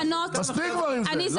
הם מוכנים להסכם של יולי אתם לא מוכנים.